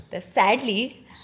Sadly